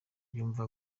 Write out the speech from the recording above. yumva